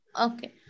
Okay